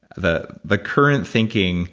the the current thinking